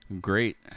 Great